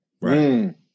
Right